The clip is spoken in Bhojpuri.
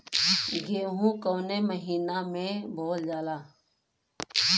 गेहूँ कवने महीना में बोवल जाला?